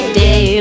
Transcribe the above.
day